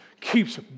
keeps